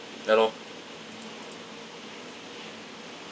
ya lor